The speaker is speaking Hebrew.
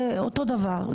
זה אותו דבר,